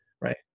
Right